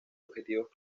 objetivos